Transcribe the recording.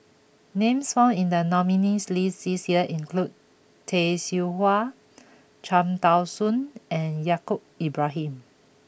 names found in the nominees' list this year include Tay Seow Huah Cham Tao Soon and Yaacob Ibrahim